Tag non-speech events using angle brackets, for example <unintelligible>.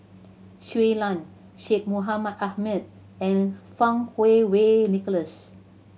Shui Lan Syed Mohamed Ahmed and Fang <unintelligible> Wei Nicholas